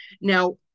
Now